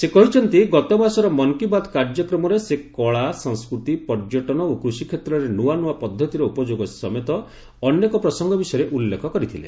ସେ କହିଛନ୍ତି ଗତମାସର ମନ୍କି ବାତ୍ କାର୍ଯ୍ୟକ୍ରମରେ ସେ କଳା ସଂସ୍କୃତି ପର୍ଯ୍ୟଟନ ଓ କୃଷିକ୍ଷେତ୍ରରେ ନୂଆ ନୂଆ ପଦ୍ଧତିର ଉପଯୋଗ ସମେତ ଅନେକ ପ୍ରସଙ୍ଗ ବିଷୟରେ ଉଲ୍ଲେଖ କରିଥିଲେ